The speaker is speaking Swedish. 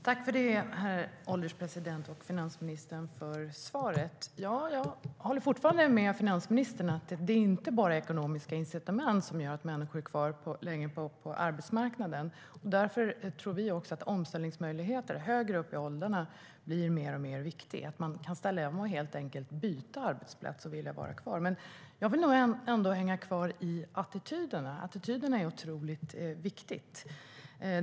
Herr ålderspresident! Tack, finansministern, för svaret! Jag håller fortfarande med finansministern om att det inte bara är ekonomiska incitament som gör att människor är kvar längre på arbetsmarknaden. Därför tror också vi att omställningsmöjligheterna högre upp i åldrarna blir allt viktigare så att man kan ställa om genom att helt enkelt byta arbetsplats för att man vill vara kvar på arbetsmarknaden. Jag vill hänga kvar vid frågan om attityderna. Attityderna är otroligt viktiga.